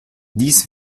dies